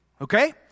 Okay